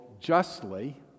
justly